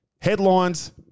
Headlines